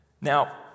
Now